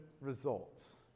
results